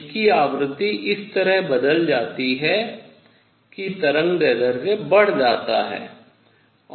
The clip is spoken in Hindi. इसकी आवृत्ति इस तरह बदल जाती है कि तरंगदैर्ध्य बढ़ जाता है